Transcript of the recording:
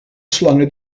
slangen